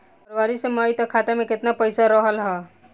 फरवरी से मई तक खाता में केतना पईसा रहल ह?